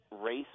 race